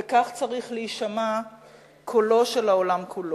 וכך צריך להישמע קולו של העולם כולו.